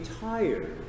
tired